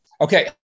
Okay